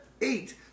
eight